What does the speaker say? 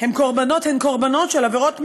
הן קורבנות של עבירות מין,